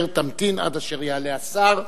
אשר תמתין עד אשר יעלה השר,